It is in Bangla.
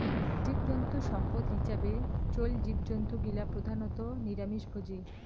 জীবজন্তু সম্পদ হিছাবে চইল জীবজন্তু গিলা প্রধানত নিরামিষভোজী